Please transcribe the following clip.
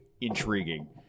intriguing